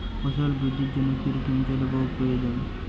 ফসল বৃদ্ধির জন্য কী রকম জলবায়ু প্রয়োজন?